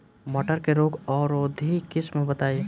मटर के रोग अवरोधी किस्म बताई?